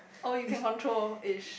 oh you can control ish